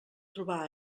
trobar